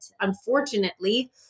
Unfortunately